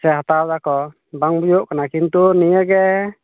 ᱥᱮ ᱦᱟᱛᱟᱣ ᱫᱟᱠᱚ ᱵᱟᱝ ᱵᱩᱡᱷᱟᱹᱜ ᱠᱟᱱᱟ ᱠᱤᱱᱛᱩ ᱱᱤᱭᱟᱹᱜᱮ